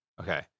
Okay